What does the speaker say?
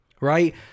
right